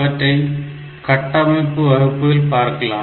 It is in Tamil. அவற்றை கட்டமைப்பு வகுப்பில் பார்க்கலாம்